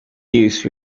use